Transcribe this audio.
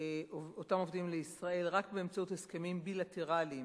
עובדים לישראל רק באמצעות הסכמים בילטרליים